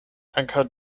ankaŭ